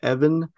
Evan